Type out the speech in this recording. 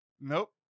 Nope